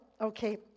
okay